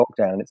lockdown